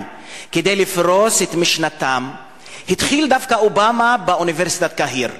כדי לפרוס את משנתם התחיל דווקא אובמה באוניברסיטת קהיר.